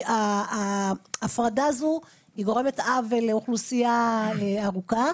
ההפרדה הזו גורמת עוול לאוכלוסייה גדולה.